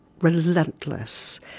relentless